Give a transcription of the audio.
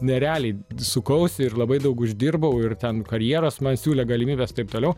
nerealiai sukausi ir labai daug uždirbau ir ten karjeros man siūlė galimybes taip toliau